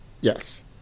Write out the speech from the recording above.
Yes